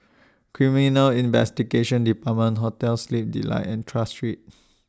Criminal Investigation department Hotel Sleep Delight and Tras Street